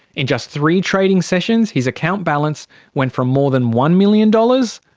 in just three trading sessions, his account balance went from more than one million dollars,